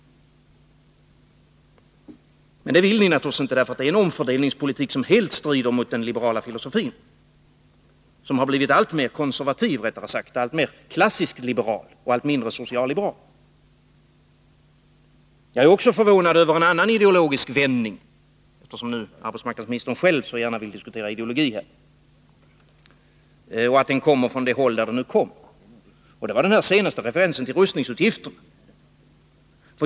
Men det vill ni naturligtvis inte, för det är en omfördelningspolitik som helt strider mot den liberala filosofin, som rättare sagt har blivit alltmer konservativ, alltmer klassiskt liberal och allt mindre socialliberal. Jag är också förvånad över en annan ideologisk vändning — eftersom arbetsmarknadsministern nu själv så gärna vill diskutera ideologi här — och över att den kommer från det håll som den kommer ifrån. Det var den senaste referensen till rustningsutgifterna.